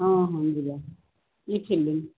ହଁ ହଁ ଯିବା କି ଫିଲ୍ମ